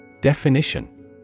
Definition